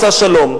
רוצה שלום.